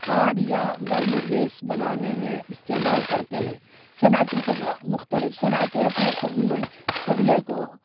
کھاد یا bio gas بنانے میں استعمال کرتے ہیں صنعتی فضلہ مختلف صنعتیں اپنے فضلے فضلے کو